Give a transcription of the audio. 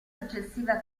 successiva